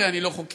הרי אני לא חוקר,